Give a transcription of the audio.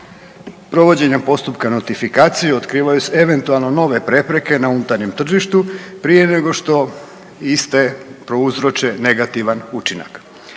Provođenjem postupka notifikacije otkrivaju se eventualno nove prepreke na unutarnjem tržištu prije nego što iste prouzroče negativan učinak.